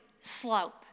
slope